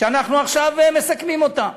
שאנחנו עכשיו מסכמים אותה.